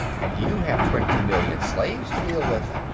and you have twenty million slaves to deal with.